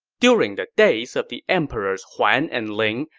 during the days of the emperors huan and ling,